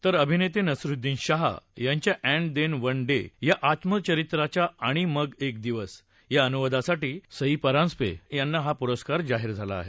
तर अभिनेते नसीरूद्वीन शाह यांच्या अँड देन वन डे या आत्मचरित्राच्या आणि मग एक दिवस या अनुवादासाठी सई परांजपे यांना पुरस्कार जाहीर झाला आहे